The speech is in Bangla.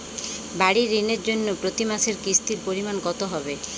বাড়ীর ঋণের জন্য প্রতি মাসের কিস্তির পরিমাণ কত হবে?